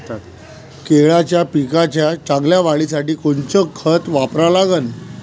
केळाच्या पिकाच्या चांगल्या वाढीसाठी कोनचं खत वापरा लागन?